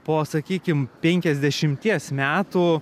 po sakykim penkiasdešimties metų